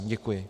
Děkuji.